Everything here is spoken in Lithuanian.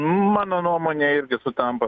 mano nuomonė irgi sutampa